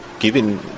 Given